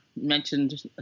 mentioned